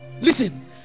Listen